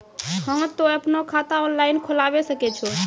हाँ तोय आपनो खाता ऑनलाइन खोलावे सकै छौ?